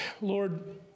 Lord